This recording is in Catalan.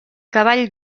cavall